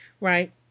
right